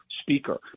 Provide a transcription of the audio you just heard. speaker